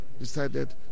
decided